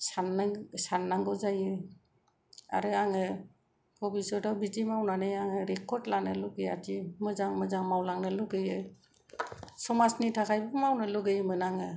साननांगौ जायो आरो आङो भबिस्व'तआव बिदि मावनानै आङो रेकर्ड लानो लुगैयादि मोजां मोजां मावलांनो लुगैयो समाजनि थाखायबो मावनो लुगैयोमोन आङो